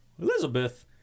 Elizabeth